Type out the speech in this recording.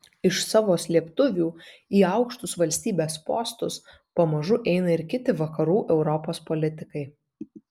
iš savo slėptuvių į aukštus valstybės postus pamažu eina ir kiti vakarų europos politikai